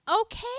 Okay